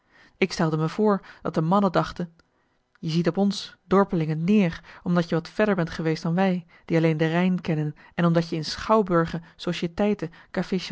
ik stelde me voor dat de mannen dachten je ziet op ons dorpelingen neer omdat je wat verder bent geweest dan wij die alleen de rijn kennen en omdat je in schouwburgen sociteiten